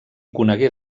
conegué